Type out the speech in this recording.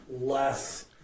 less